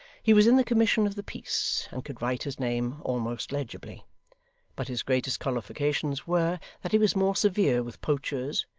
he was in the commission of the peace, and could write his name almost legibly but his greatest qualifications were, that he was more severe with poachers,